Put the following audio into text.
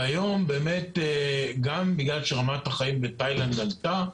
והיום באמת, גם בגלל שרמת החיים בתאילנד עלתה,